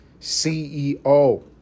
ceo